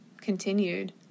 continued